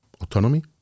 autonomy